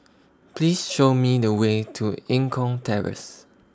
Please Show Me The Way to Eng Kong Terrace